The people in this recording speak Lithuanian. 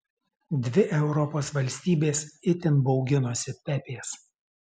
dvi europos valstybės itin bauginosi pepės